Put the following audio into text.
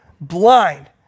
blind